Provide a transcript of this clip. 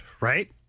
right